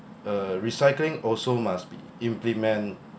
uh recycling also must be implement